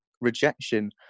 rejection